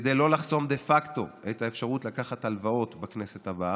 וכדי לא לחסום דה פקטו את האפשרות לקחת הלוואות בכנסת הבאה,